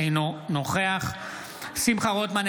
אינו נוכח שמחה רוטמן,